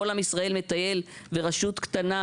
כשכל עם ישראל מטייל ברשות קטנה,